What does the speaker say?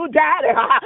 daddy